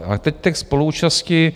A teď k té spoluúčasti.